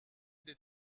des